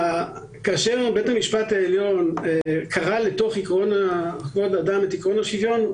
כאשר בית המשפט העליון קרא לתוך עקרון חוק האדם את עקרון השוויון,